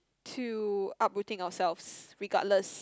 to uprooting ourselves regardless